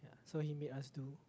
so he made us do